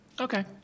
Okay